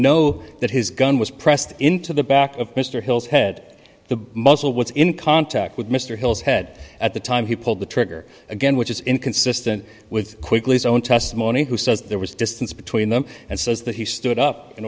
know that his gun was pressed into the back of mr hill's head the muzzle was in contact with mr hill's head at the time he pulled the trigger again which is inconsistent with quickly so in testimony who says there was distance between them and says that he stood up in